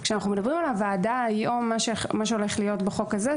כשאנחנו מדברים על הוועדה היום ומה שהולך להיות בחוק הזה,